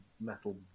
metal